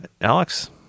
Alex